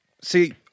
See